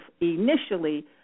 initially